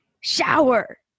shower